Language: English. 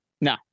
No